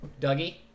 Dougie